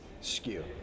skew